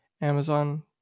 Amazon